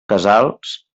casals